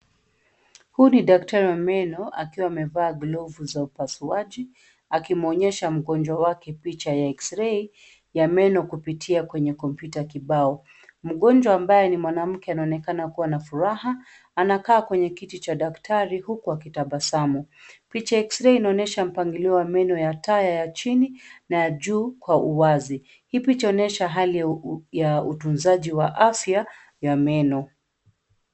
Huu ni daktari wa meno, akiwa amevaa glovu za upasuaji akimwonyesha mgonjwa wake picha ya cs[x-ray]cs ya meno kupitia kwenye kompyuta kibao. Mgonjwa ambaye ni mwanamke anaonekana kuwa na furaha, anakaa kwenye kiti cha dakatari huku akitabasamu. Picha ya x-ray unaonyesha mpangilio wa meno ya taya ya chini na ya juu, kwa uwazi. Hii picha inaonyesha hali ya utunzaji wa afya ya meno.